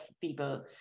people